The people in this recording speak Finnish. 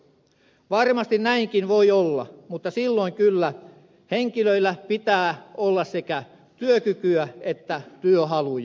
varmasti näinkin voi olla mutta silloin kyllä henkilöillä pitää olla sekä työkykyä että työhaluja